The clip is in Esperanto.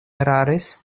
eraris